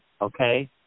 Okay